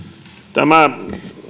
tämä